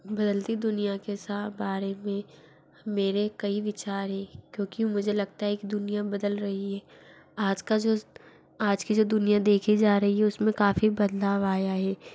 बदलती दुनिया के सा बारे में मेरे कई विचार हैं क्योंकि मुझे लगता है कि दुनिया बदल रही है आज का जो आज की जो दुनिया देखी जा रही है उस में काफ़ी बदलाव आया हे